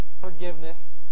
forgiveness